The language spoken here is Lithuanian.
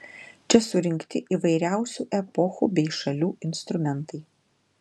čia surinkti įvairiausių epochų bei šalių instrumentai